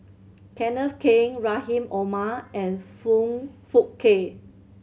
Kenneth Keng Rahim Omar and Foong Fook Kay